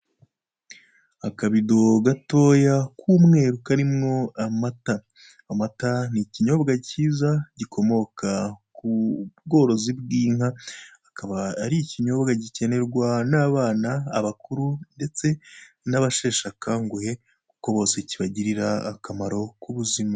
Akabido gatoya k'umweru karimo amata, amata ni ikinyobwa cyiza gikomoka ku bworozi bw'inka, akaba ari ikinyobwa gikenerwa n'abana, abakuru ndetse n'abasheshe akanguhe, kuko bose kibagirira akamaro k'ubuzima.